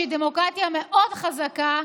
שהיא דמוקרטיה מאוד חזקה,